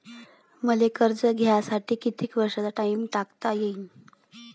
मले कर्ज घ्यासाठी कितीक वर्षाचा टाइम टाकता येईन?